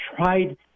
tried